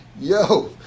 yo